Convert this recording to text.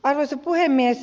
arvoisa puhemies